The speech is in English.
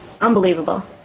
Unbelievable